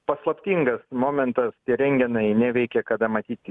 paslaptingas momentas tie rentgenai neveikia kada matyt